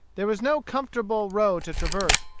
there was no comfortable road to traverse,